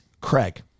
Craig